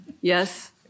Yes